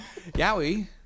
Yowie